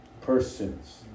persons